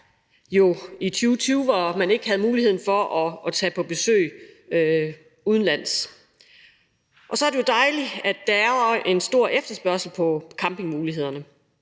især i 2020, hvor man ikke havde muligheden for at tage på besøg udenlands. Og så er det jo dejligt, at der er en stor efterspørgsel på campingmulighederne,